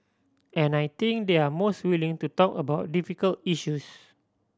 and I think they're most willing to talk about difficult issues